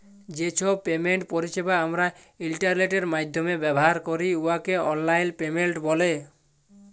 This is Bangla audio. যে ছব পেমেন্ট পরিছেবা আমরা ইলটারলেটের মাইধ্যমে ব্যাভার ক্যরি উয়াকে অললাইল পেমেল্ট ব্যলে